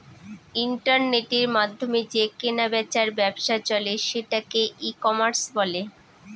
ইন্টারনেটের মাধ্যমে যে কেনা বেচার ব্যবসা চলে সেটাকে ই কমার্স বলে